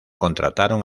contrataron